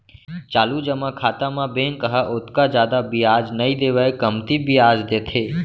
चालू जमा खाता म बेंक ह ओतका जादा बियाज नइ देवय कमती बियाज देथे